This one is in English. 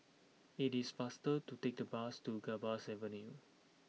it is faster to take the bus to Gambas Avenue